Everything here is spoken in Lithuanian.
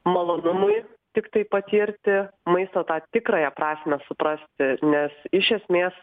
malonumui tiktai patirti maisto tą tikrąją prasmę suprasti nes iš esmės